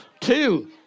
Two